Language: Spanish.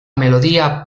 melodía